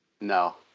No